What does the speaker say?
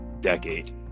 decade